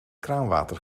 kraanwater